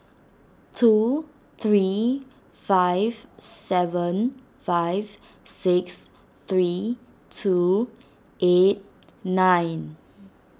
two three five seven five six three two eight nine